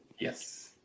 Yes